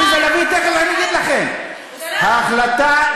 אני אגיד לכם מה ההחלטה.